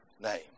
name